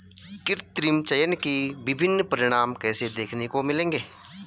कृत्रिम चयन के विभिन्न परिणाम कैसे देखने को मिलेंगे?